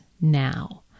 now